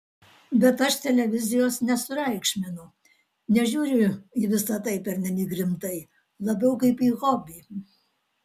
bet aš televizijos nesureikšminu nežiūriu į visa tai pernelyg rimtai labiau kaip į hobį